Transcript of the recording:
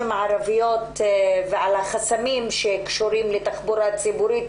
ערביות ועל החסמים שקשורים לתחבורה ציבורית,